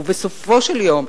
בסופו של יום,